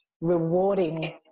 rewarding